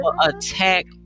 attack